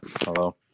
Hello